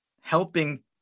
helping